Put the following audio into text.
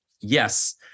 yes